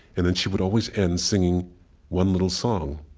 and then, she would always end singing one little song.